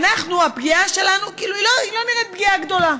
הפגיעה שלנו היא לא נראית פגיעה גדולה.